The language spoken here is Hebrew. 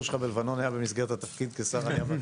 שלך בלבנון היה במסגרת התפקיד כשר העלייה והקליטה.